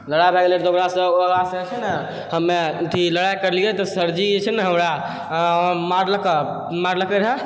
लड़ाइ भए गेलै तऽ ओकरासँ हमे अथी लड़ाइ करलियै तऽ सरजी जे छै ने हमरा मारल कऽ मारलकै रहऽ